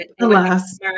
alas